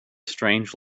strange